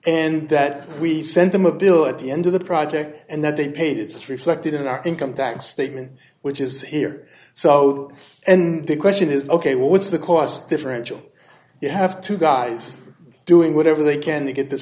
and that we sent them a bill at the end of the project and that they paid it's reflected in our income tax statement which is here so and the question is ok what's the cost differential you have two guys doing whatever they can to get this